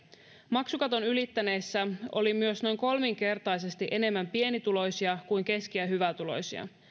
maksukaton ylittäneissä oli myös noin kolminkertaisesti enemmän pienituloisia kuin keski ja hyvätuloisia